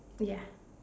ya